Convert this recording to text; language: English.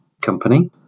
company